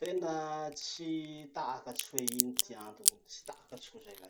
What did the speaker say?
Tena tsy takatry hoe ino ty antony! Tsy takatriko zay lahy.